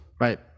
Right